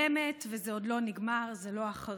משלמת, וזה עוד לא נגמר, זה לא אחרינו.